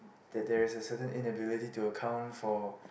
that there is a certain inability to account for